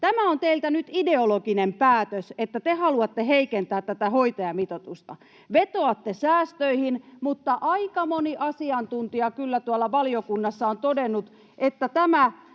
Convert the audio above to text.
Tämä on teiltä nyt ideologinen päätös, että te haluatte heikentää tätä hoitajamitoitusta, vetoatte säästöihin, mutta aika moni asiantuntija kyllä tuolla valiokunnassa on todennut, että tämä